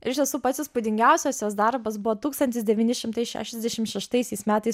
ir iš tiesų pats įspūdingiausias jos darbas buvo tūkstantis devyni šimtai šešiasdešim šeštaisiais metais